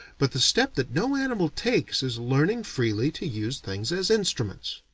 but the step that no animal takes is learning freely to use things as instruments.